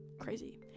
crazy